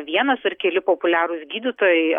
vienas ar keli populiarūs gydytojai